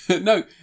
no